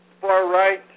Far-right